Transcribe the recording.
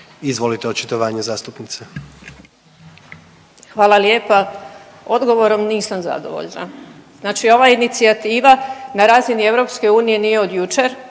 (Hrvatski suverenisti)** Hvala lijepa. Odgovorom nisam zadovoljna. Znači ova inicijativa na razini EU nije od jučer.